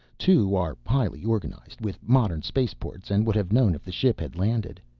two are highly organized with modern spaceports and would have known if the ship had landed.